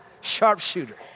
Sharpshooter